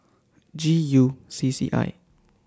G U C C I